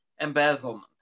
embezzlement